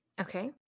Okay